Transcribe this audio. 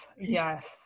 Yes